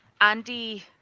Andy